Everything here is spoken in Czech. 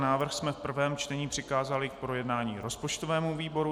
Návrh jsme v prvém čtení přikázali k projednání rozpočtovému výboru.